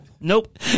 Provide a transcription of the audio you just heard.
Nope